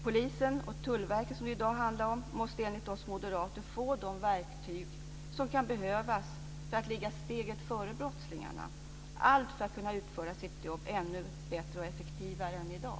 Polisen och Tullverket, som det ju handlar om i dag, måste enligt oss moderater få de verktyg som kan behövas för att ligga steget före brottslingarna, allt för att kunna utföra sitt jobb ännu bättre och effektivare än i dag.